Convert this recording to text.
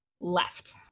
left